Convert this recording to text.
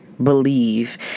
believe